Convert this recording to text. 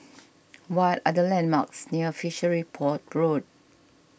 what are the landmarks near Fishery Port Road